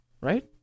Right